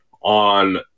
on